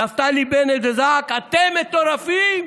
נפתלי בנט וזעק: אתם מטורפים?